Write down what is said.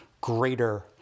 greater